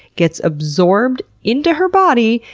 gets absorbed into her body,